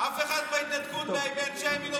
אף אחד מאנשי הימין,